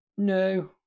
No